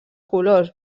colors